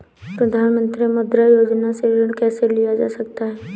प्रधानमंत्री मुद्रा योजना से ऋण कैसे लिया जा सकता है?